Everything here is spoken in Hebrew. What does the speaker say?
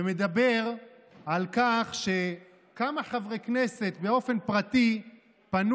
ומדבר על כך שכמה חברי כנסת באופן פרטי פנו